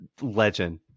legend